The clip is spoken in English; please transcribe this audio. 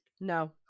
No